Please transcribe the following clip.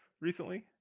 recently